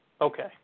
Okay